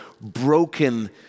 broken